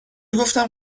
گفتم